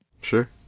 Sure